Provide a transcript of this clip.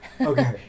okay